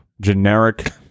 Generic